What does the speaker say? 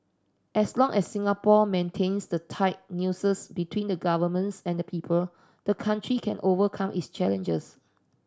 as long as Singapore maintains the tight nexus between the Governments and people the country can overcome its challenges